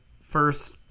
first